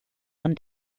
one